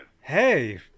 Hey